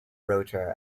rota